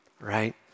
right